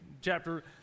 Chapter